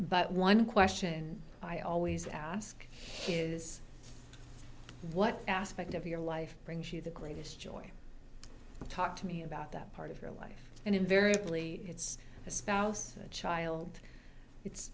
but one question i always ask is what aspect of your life brings you the greatest joy to talk to me about that part of your life and invariably it's a spouse a child it's